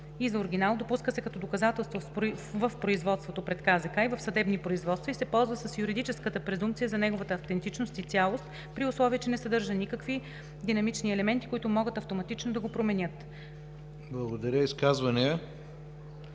и за оригинал, допуска се като доказателство в производства пред КЗК и в съдебни производства и се ползва с юридическата презумпция за неговата автентичност и цялост, при условие че не съдържа никакви динамични елементи, които могат автоматично да го променят.“ ПРЕДСЕДАТЕЛ